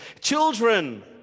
Children